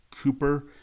Cooper